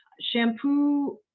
Shampoo